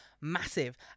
massive